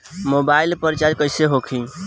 Mobile पर recharge कैसे होखी?